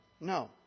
No